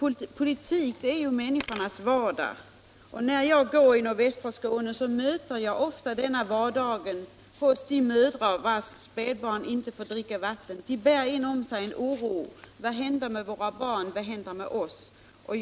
Politik är ju människornas vardag. När jag går omkring i nordvästra Skåne möter jag ofta denna vardag hos de mödrar vilkas spädbarn inte får dricka vatten. De bär inom sig en oro: Vad händer med våra barn, vad händer med oss?